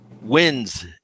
wins